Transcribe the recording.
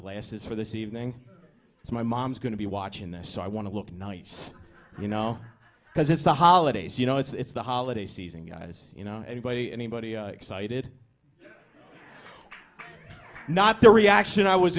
glasses for this evening it's my mom's going to be watching this i want to look nice you know because it's the holidays you know it's the holiday season guys you know anybody anybody excited not the reaction i was